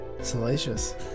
Salacious